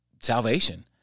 salvation